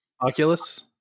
Oculus